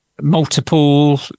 multiple